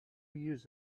years